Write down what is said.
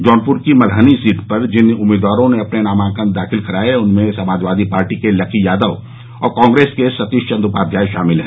जौनपुर की मल्हनी सीट पर जिन उम्मीदवारों ने अपने नामांकन दाखिल कराये उनमें समाजवादी पार्टी के लकी यादव और कांग्रेस के सतीश चन्द्र उपाध्याय शामिल हैं